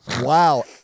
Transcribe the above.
Wow